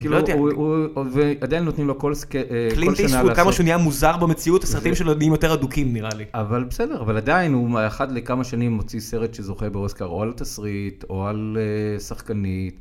כאילו, עדיין נותנים לו כל שנה לעשות. קלינט איסטווד כמה שהוא נהיה מוזר במציאות, הסרטים שלו יהיו יותר אדוקים, נראה לי. אבל בסדר, אבל עדיין, הוא אחד לכמה שנים מוציא סרט שזוכה באוסקר, או על תסריט, או על שחקנית.